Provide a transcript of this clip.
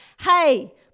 Hey